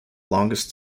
longest